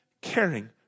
caring